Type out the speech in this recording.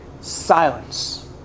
silence